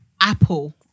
Apple